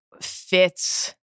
fits